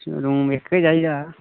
room इक गै चाहिदा